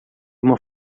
uma